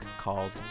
called